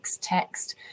text